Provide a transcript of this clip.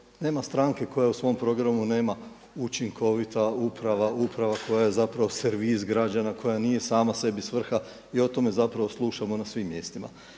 nema stranke koja u svom programu nema učinkovita uprava, uprava koja je zapravo servis građana, koja nije sama sebi svrha i o tome zapravo slušamo na svim mjestima.